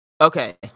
okay